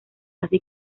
así